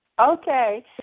Okay